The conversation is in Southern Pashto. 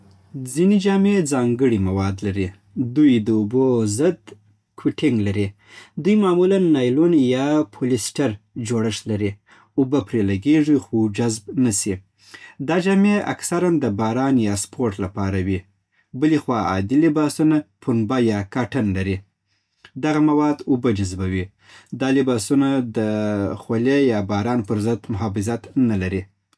ځینې جامې ځانګړي مواد لري. دوی د اوبو ضد کوټینګ لري. دوی معمولاً نایلون یا پولییسټر جوړښت لري. اوبه پرې لګېږي خو جذب نه سي. دا جامې اکثر د باران یا سپورټ لپاره وي. بلې خوا، عادي لباسونه پنبه یا کاټن لري. دغه مواد اوبه جذبوي. دا لباسونه د خولې یا باران پر ضد محافظت نه لري.